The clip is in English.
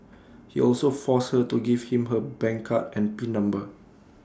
he also forced her to give him her bank card and pin number